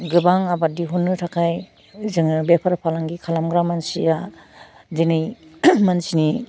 गोबां आबाद दिहुननो थाखाय जोङो बेफार फालांगि खालामग्रा मानसिया दिनै मानसिनि